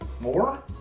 more